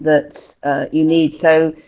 that you need. so,